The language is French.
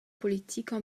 politiques